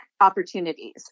opportunities